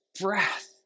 breath